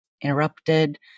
interrupted